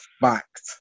fact